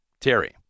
Terry